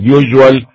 usual